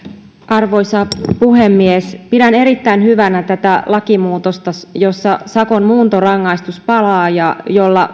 arvoisa puhemies pidän erittäin hyvänä tätä lakimuutosta jossa sakon muuntorangaistus palaa ja jolla